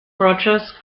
rogers